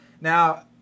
Now